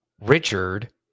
Richard